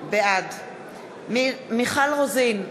בעד מיכל רוזין,